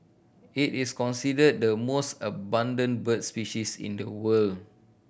it is considered the most abundant birds species in the world